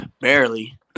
Barely